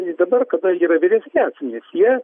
ir dabar kada yra vyresni asmenys jie